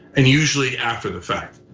and usually after the fight,